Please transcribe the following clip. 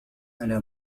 أنا